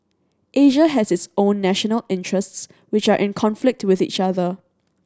Asia has its own national interests which are in conflict with each other